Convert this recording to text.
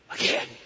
again